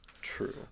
True